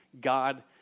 God